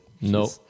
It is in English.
no